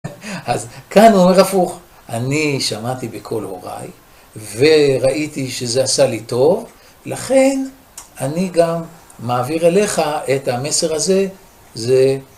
אז כאן הוא אומר הפוך, אני שמעתי בקול הוריי, וראיתי שזה עשה לי טוב, לכן אני גם מעביר אליך את המסר הזה, זה